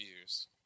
years